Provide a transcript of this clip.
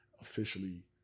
officially